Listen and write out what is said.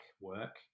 work